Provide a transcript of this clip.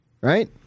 Right